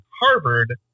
Harvard